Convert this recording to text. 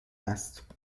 است